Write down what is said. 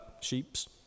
Sheep's